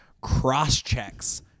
cross-checks